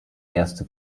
erste